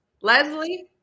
Leslie